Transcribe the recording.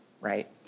Right